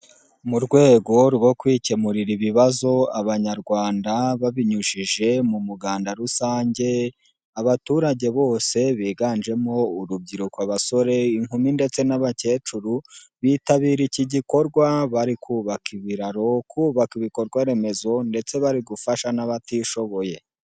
Mu rwego rwo kwikemurira ibibazo abanyarwanda babinyujije mu muganda rusange, abaturage bose biganjemo urubyiruko, abasore, inkumi ndetse n'abakecuru, bitabira iki gikorwa bari kubaka ibiraro, kubaka ibikorwa remezo ndetse bari gufasha n'abatishoboye.